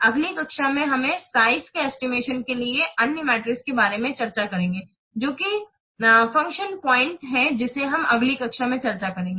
अगली कक्षा में हम साइज़ के एस्टिमेशन के लिए एक अन्य मीट्रिक के बारे में चर्चा करेंगे जो कि कार्य बिंदु है जिसे हम अगली कक्षा में चर्चा करेंगे